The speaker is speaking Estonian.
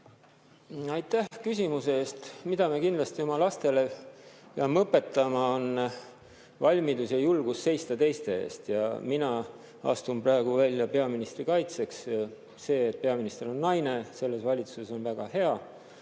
Aitäh küsimuse eest! Mida me kindlasti oma lastele peame õpetama, on valmidus ja julgus seista teiste eest. Ja mina astun praegu välja peaministri kaitseks. See, et selle valitsuse peaminister on naine, on väga hea.